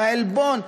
העלבון,